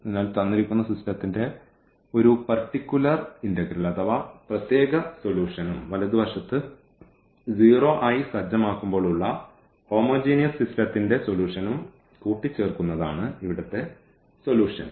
അതിനാൽ തന്നിരിക്കുന്ന സിസ്റ്റത്തിന്റെ ഒരു പർട്ടിക്കുലർ അഥവാ പ്രത്യേക സൊലൂഷനും വലതുവശത്ത് 0 ആയി സജ്ജമാക്കുമ്പോൾ ഉള്ള ഹോമോജീനിയസ് സിസ്റ്റത്തിന്റെ സൊലൂഷനും കൂട്ടി ചേർക്കുന്നതാണ് ഇവിടെ സൊലൂഷൻ